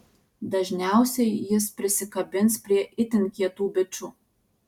dažniausiai jis prisikabins prie itin kietų bičų